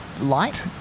Light